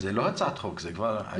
זה לא הצעת חוק, כבר היה חוק.